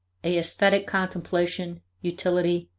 a esthetic contemplation, utility,